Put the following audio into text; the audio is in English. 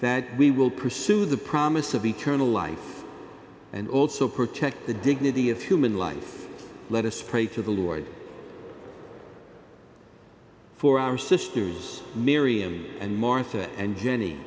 that we will pursue the promise of eternal life and also protect the dignity of human life let us pray for the lord for our sisters miriam and martha and jenny